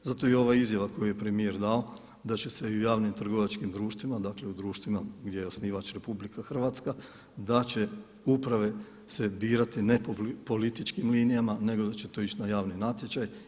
Zato i ova izjava koju je premijer dao da će se i u javnim i trgovačkim društvima dakle u društvima gdje je osnivač RH, da će uprave se birati ne političkim linijama nego da će to ići na javni natječaj.